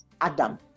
Adam